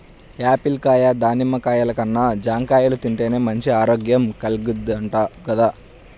Apple కాయ, దానిమ్మ కాయల కన్నా జాంకాయలు తింటేనే మంచి ఆరోగ్యం కల్గిద్దంట గదా